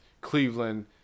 Cleveland